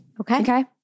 Okay